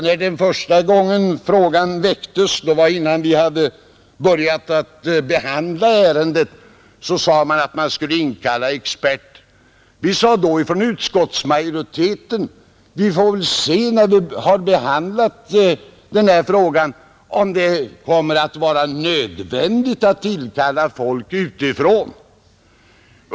När den frågan väcktes första gången — det var redan innan vi hade börjat behandlingen av ärendet — föreslogs det att man skulle inkalla experter. Utskottsmajoriteten sade då att vi får se, när vi har behandlat frågan, om det kommer att visa sig nödvändigt att inkalla folk utifrån.